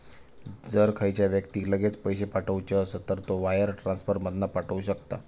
जर खयच्या व्यक्तिक लगेच पैशे पाठवुचे असत तर तो वायर ट्रांसफर मधना पाठवु शकता